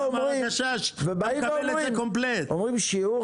באים ואומרים, שיעור